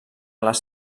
les